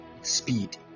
speed